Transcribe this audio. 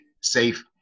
safe